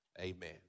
Amen